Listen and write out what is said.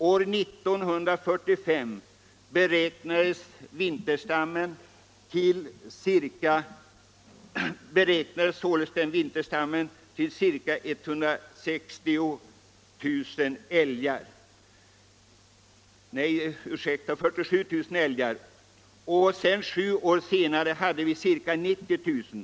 År 1945 beräknades vinterstammen till ca 47 000 älgar, och sju år senare hade vi ca 90000.